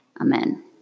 Amen